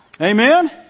Amen